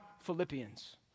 Philippians